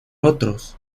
otros